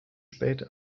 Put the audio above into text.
spät